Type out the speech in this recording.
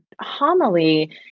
homily